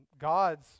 God's